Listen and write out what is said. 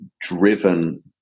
driven